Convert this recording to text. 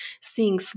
seeing